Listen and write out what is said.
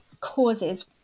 causes